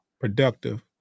productive